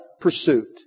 pursuit